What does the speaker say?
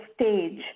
stage